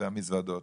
והמזוודות,